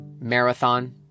marathon